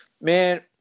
Man –